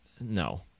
No